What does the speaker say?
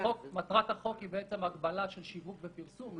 מטרת החוק היא בעצם הגבלה של שיווק ופרסום.